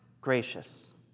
gracious